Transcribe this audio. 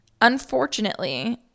unfortunately